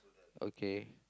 okay